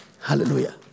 Hallelujah